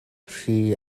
hri